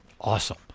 awesome